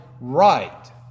right